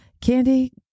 Candy